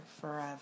forever